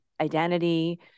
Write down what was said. identity